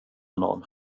nån